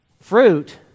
Fruit